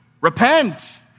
repent